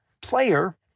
player